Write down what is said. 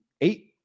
eight